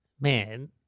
Man